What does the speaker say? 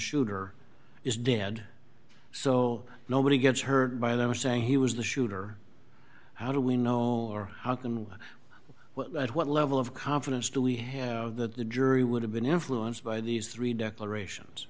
shooter is dead so nobody gets hurt by them saying he was the shooter how do we know or how come at what level of confidence do we have the jury would have been influenced by these three declarations